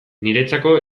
niretzako